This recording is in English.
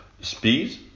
Speed